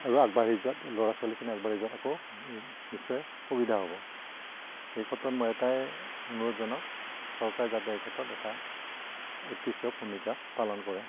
আৰু আগবাঢ়ি যোৱাত ল'ৰা ছোৱালীখিনি আগবাঢ়ি যোৱাত আকৌ নিশ্চয় সুবিধা হ'ব এই ক্ষেত্ৰত মই এটাই অনুৰোধ জনাওঁ চৰকাৰ যাতে এই ক্ষেত্ৰত এটা উৎকৃষ্ট ভূমিকা পালন কৰে